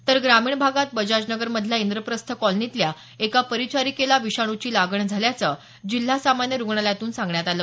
तर ग्रामीण भागात बजाजनगरमधल्या इंद्रप्रस्थ कॉलनीतल्या एका परिचारिकेला विषाणूची लागण झाल्याचं जिल्हा सामान्य रुग्णालयातून सांगण्यात आलं